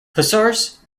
hussars